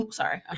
sorry